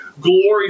Glory